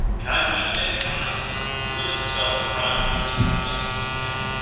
candide and cacambo threw themselves round his majesty's neck.